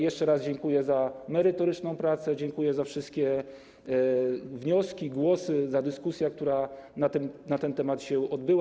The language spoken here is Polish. Jeszcze raz dziękuję za merytoryczną pracę, dziękuję za wszystkie wnioski, głosy, za dyskusję, która na ten temat się odbyła.